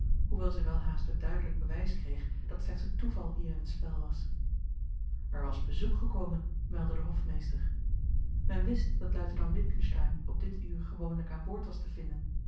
hoewel zij welhaast het duidelijk bewijs kreeg dat slechts het toeval hier in het spel was er was bezoek gekomen meldde de hofmeester men wist dat luitenant witgensteyn op dit uur gewoonlijk aan boord was te vinden